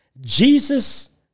Jesus